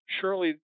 surely